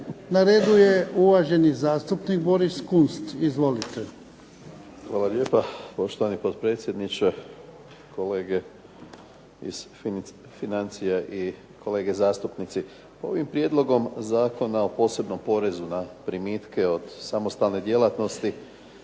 Na redu je uvaženi zastupnik Boris Kunst. Izvolite. **Kunst, Boris (HDZ)** Hvala lijepa, poštovani potpredsjedniče. Kolege iz financija i kolege zastupnici. Ovim Prijedlogom zakona o posebnom porezu na primitke od samostalne djelatnosti